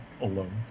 alone